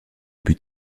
but